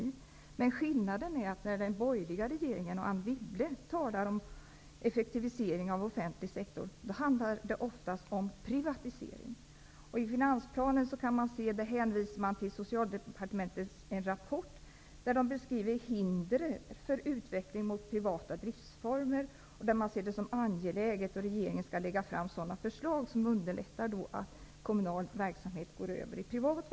Den politiska skillnaden består i att det oftast handlar om privatisering när Anne Wibble och den borgerliga regeringen talar om effektivisering av offentlig sektor. I finansplanen hänvisas till en rapport från Socialdepartementet där hinder för utveckling mot privata driftsformer beskrivs. Man ser det där som angeläget att regeringen lägger fram sådana förslag som underlättar att kommunal verksamhet går över i privat.